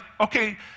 okay